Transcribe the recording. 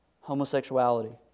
homosexuality